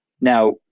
Now